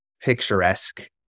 picturesque